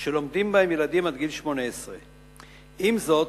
שלומדים בהם ילדים עד גיל 18. עם זאת,